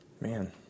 Man